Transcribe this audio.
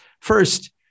First